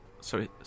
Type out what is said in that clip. Sorry